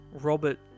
Robert